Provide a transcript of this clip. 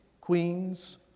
queens